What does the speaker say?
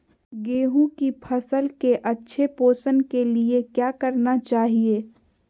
गेंहू की फसल के अच्छे पोषण के लिए क्या करना चाहिए?